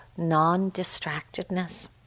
non-distractedness